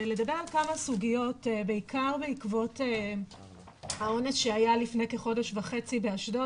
לדבר על כמה סוגיות בעיקר בעקבות האונס שהיה לפני כחודש וחצי באשדוד